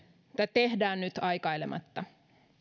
tehdään nyt aikailematta